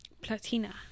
platina